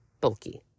bulky